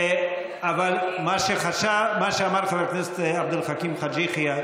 מה שאמר חבר הכנסת עבד אל חכים חאג' יחיא,